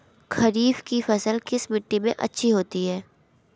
खरीफ की फसल किस मिट्टी में अच्छी होती है?